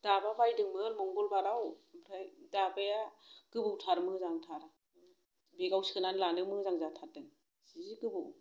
दाबा बायदोंमोन मंगलबाराव ओमफ्राय दाबाया गोबौथार मोजांथार बेगआव सोनानै लानो मोजां जाथारदों जि गोबौ